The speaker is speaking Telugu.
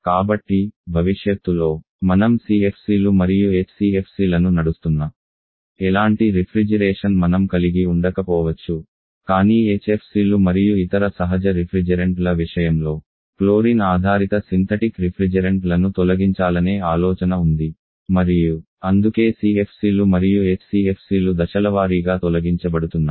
కాబట్టి భవిష్యత్తులో మనం CFCలు మరియు HCFCలను నడుస్తున్న ఎలాంటి రిఫ్రిజిరేషన్ మనం కలిగి ఉండకపోవచ్చు కానీ HFCలు మరియు ఇతర సహజ రిఫ్రిజెరెంట్ల విషయంలో క్లోరిన్ ఆధారిత సింథటిక్ రిఫ్రిజెరెంట్లను తొలగించాలనే ఆలోచన ఉంది మరియు అందుకే CFCలు మరియు HCFCలు దశలవారీగా తొలగించబడుతున్నాయి